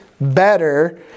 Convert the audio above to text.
better